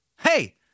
hey